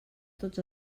tots